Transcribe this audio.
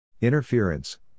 Interference